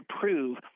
prove